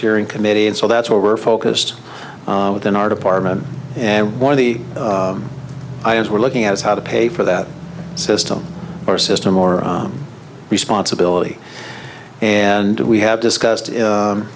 here in committee and so that's what we're focused on within our department and one of the i as we're looking at is how to pay for that system our system more responsibility and we have discussed